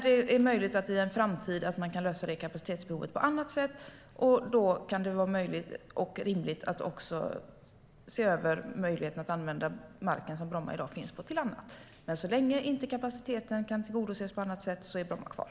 Det är möjligt att man i en framtid kan lösa det kapacitetsbehovet på annat sätt, och då kan det vara möjligt och rimligt att se över möjligheten att använda marken som Bromma flygplats i dag finns på till annat. Men så länge kapaciteten inte kan tillgodoses på annat sätt är Bromma kvar.